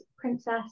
princess